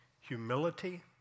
Humility